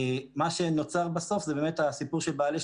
כי זה הנושא הבוער היום,